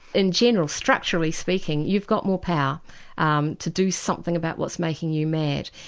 in general, structurally speaking, you've got more power um to do something about what's making you mad.